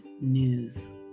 news